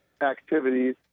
activities